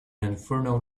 inferno